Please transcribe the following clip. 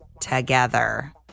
together